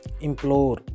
implore